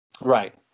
right